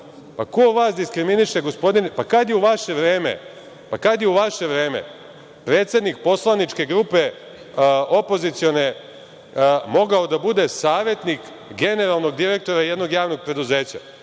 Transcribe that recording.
Pa, ko vas diskriminiše, gospodine? Kada je u vaše vreme predsednik poslaničke grupe opozicione mogao da bude savetnik generalnog direktor jednog javnog preduzeća?